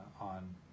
on